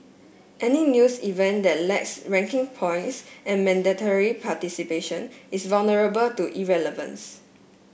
any new event that lacks ranking points and mandatory participation is vulnerable to irrelevance